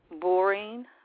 boring